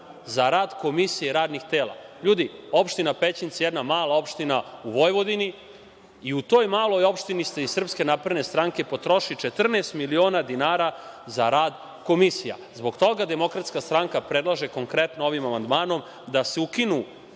za rad komisije radnih tela. LJudi, opština Pećinci je jedna mala opština u Vojvodini i u toj maloj opštini ste iz SNS potrošili 14 miliona dinara za rad komisija. Zbog toga DS predlaže konkretno ovim amandmanom, da se ukine